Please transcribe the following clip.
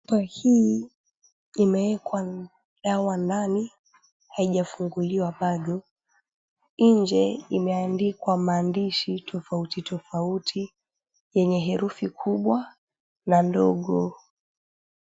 Chupa hii imewekwa dawa ndani haijafunguliwa bado. Nje imeandikwa mahandishi tofautitofauti yenye herufi kubwa na ndogo.